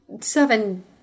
seven